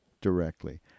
directly